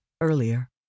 earlier